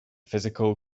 physical